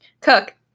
Cook